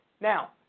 Now